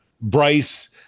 Bryce